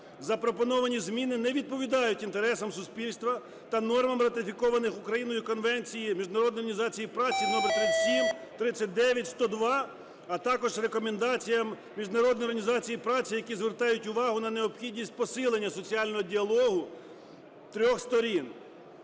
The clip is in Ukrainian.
Запропоновані зміни не відповідають інтересам суспільства та нормам, ратифікованих Україною Конвенції Міжнародної організації праці №37, 39, 102, а також рекомендаціям Міжнародної організації праці, які звертають увагу на необхідність посилення соціального діалогу трьох сторін.